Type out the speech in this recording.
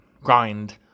grind